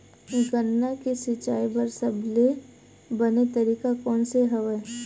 गन्ना के सिंचाई बर सबले बने तरीका कोन से हवय?